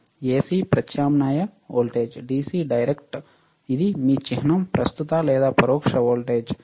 AC ప్రత్యామ్నాయ voltage DC డైరెక్ట్కు ఇది మీ చిహ్నం ప్రస్తుత లేదా ప్రత్యక్ష వోల్టేజ్ సరే